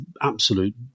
absolute